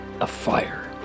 afire